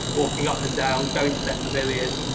walking up and down going to their pavilion,